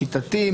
שיטתי,